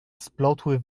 splotły